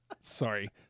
sorry